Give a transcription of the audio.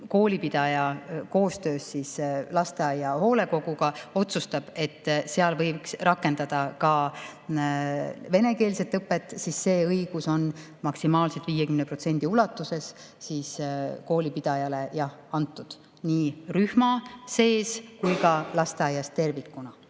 kooli pidaja koostöös lasteaia hoolekoguga otsustab, et seal võiks rakendada ka venekeelset õpet, siis see õigus on maksimaalselt 50% ulatuses kooli pidajale antud, nii rühmade sees kui ka lasteaias tervikuna.